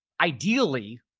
ideally